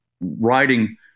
writing